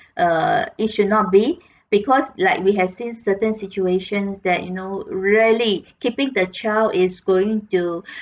err it should not be because like we have seen certain situations that you know really keeping the child is going to